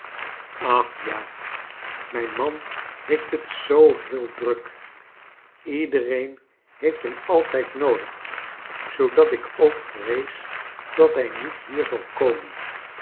ach ja mijn man heeft het zoo heel druk iedereen heeft hem altijd noodig zoodat ik ook vrees dat hij niet hier zal komen